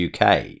uk